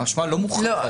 האשמה לא מוכחת.